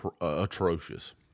atrocious